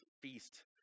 feast